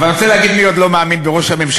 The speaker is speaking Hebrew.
אבל אני רוצה להגיד מי עוד לא מאמין בראש הממשלה,